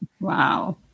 Wow